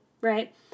right